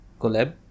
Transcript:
collab